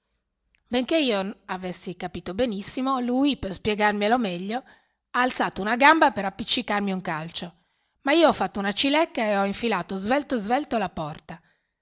benché io avessi capito benissimo lui per spiegarmelo meglio ha alzato una gamba per appiccicarmi un calcio ma io ho fatto una cilecca e ho infilato svelto svelto la porta